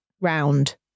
Round